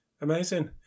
Amazing